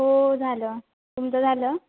हो झालं तुमचं झालं